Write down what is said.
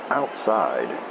outside